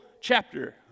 chapter